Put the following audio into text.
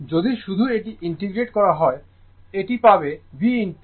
যদি শুধু এটি ইন্টিগ্রেট করা হয় এটি পাবে V I